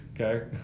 Okay